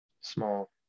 Small